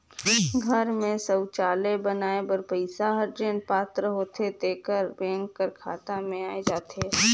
घर में सउचालय बनाए बर पइसा हर जेन पात्र होथे तेकर बेंक कर खाता में आए जाथे